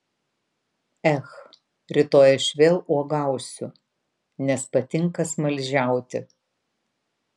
ech rytoj aš vėl uogausiu nes patinka smaližiauti